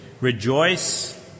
Rejoice